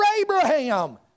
Abraham